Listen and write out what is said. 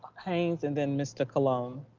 haynes, and then mr. colon.